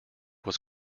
was